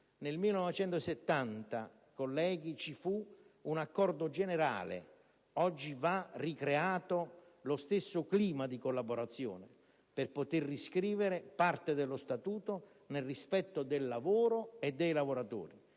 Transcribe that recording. Nel 1970 intervenne un accordo generale: oggi va ricreato lo stesso clima di collaborazione, per potere riscrivere parte dello Statuto, nel rispetto del lavoro e dei lavoratori.